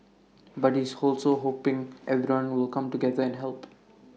but he's also hoping everyone will come together and help